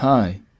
Hi